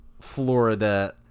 Florida